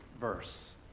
verse